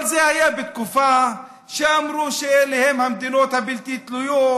אבל זה היה בתקופה שאמרו שאלה הן המדינות הבלתי-תלויות,